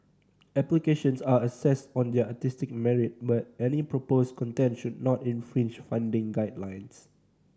applications are assessed on their artistic merit merit proposed content should not infringe funding guidelines